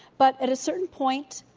but at a certain point,